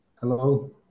Hello